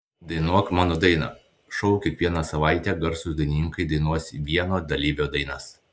dainuok mano dainą šou kiekvieną savaitę garsūs dainininkai dainuos vieno dalyvio dainas